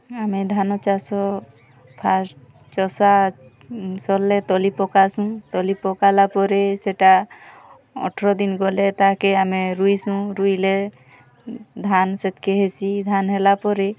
ଆମେ ଧାନ ଚାଷ ଫାଷ୍ଟ୍ ଚଷା ସର୍ଲେ ତଲି ପକାସୁଁ ତଲି ପକାଲା ପରେ ସେଟା ଅଠ୍ର ଦିନ୍ ଗଲେ ତାହାକେ ଆମେ ରୁଇସୁଁ ରୁଇଲେ ଧାନ୍ ସେତ୍କି ହେସି ଧାନ୍ ହେଲା ପରେ